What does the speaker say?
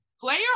Player